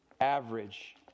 average